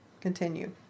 continue